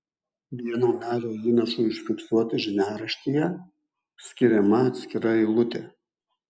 vieno nario įnašui užfiksuoti žiniaraštyje skiriama atskira eilutė